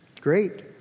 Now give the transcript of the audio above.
Great